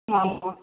ஆமாம்